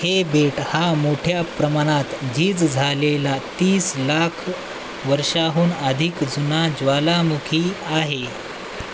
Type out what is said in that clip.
हे बेट हा मोठ्या प्रमाणात झीज झालेला तीस लाख वर्षांहून अधिक जुना ज्वालामुखी आहे